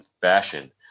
fashion